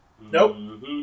nope